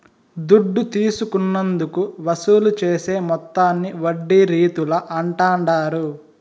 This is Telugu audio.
దుడ్డు తీసుకున్నందుకు వసూలు చేసే మొత్తాన్ని వడ్డీ రీతుల అంటాండారు